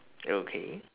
okay